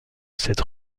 cette